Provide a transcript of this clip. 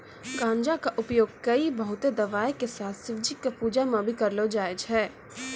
गांजा कॅ उपयोग कई बहुते दवाय के साथ शिवजी के पूजा मॅ भी करलो जाय छै